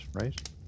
right